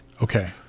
Okay